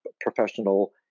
professional